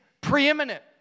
preeminent